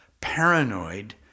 paranoid